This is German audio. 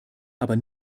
aber